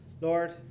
Lord